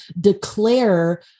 declare